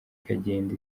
ikagenda